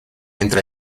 entra